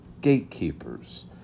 gatekeepers